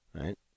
Right